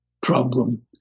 problem